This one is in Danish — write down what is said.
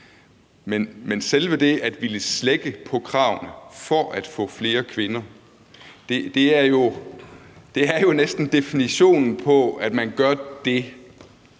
det at ville slække på kravene for at få flere kvinder er jo næsten definitionen på, at man gør det,